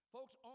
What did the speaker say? Folks